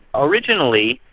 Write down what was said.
originally,